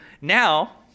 now